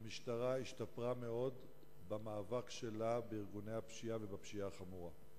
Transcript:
שהמשטרה השתפרה מאוד במאבק שלה בארגוני הפשיעה ובפשיעה החמורה.